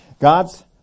God's